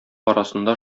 арасында